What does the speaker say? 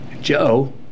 Joe